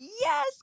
Yes